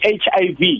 hiv